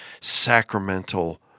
sacramental